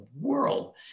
world